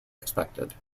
expected